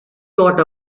got